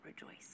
rejoice